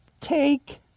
take